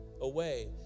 away